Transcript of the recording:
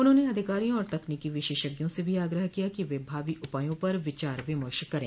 उन्होंने अधिकारियों और तकनीकी विशेषज्ञों से भी आग्रह किया कि वे भावी उपायों पर विचार विमर्श करें